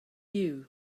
you